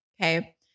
Okay